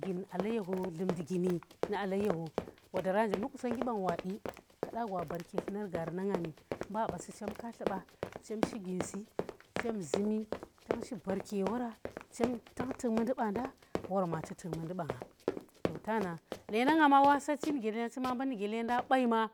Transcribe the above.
Gin alaiho dlumndi gini nu alaiho wadara nje mbu qusongnggi bang wa di kada gwa baarke tlumar gaari na ni. mba baa si chem zumi, tang shi baarke ye wora, chem tang tuk mundi baa nda wor ma fu tuk mundi baa nga to tana, leendanga ma wa saarchi nuge leenda chema mbam nu ge bai na,